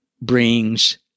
brings